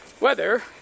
weather